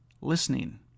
listening